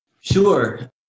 Sure